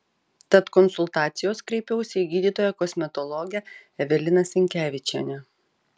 tad konsultacijos kreipiausi į gydytoją kosmetologę eveliną sinkevičienę